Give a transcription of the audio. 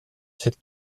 cette